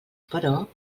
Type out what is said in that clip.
però